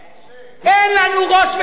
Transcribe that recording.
אין לנו ראש ממשלה,